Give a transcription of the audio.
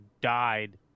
died